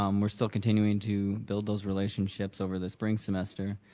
um we're still continuing to build those relationships over the spring semester.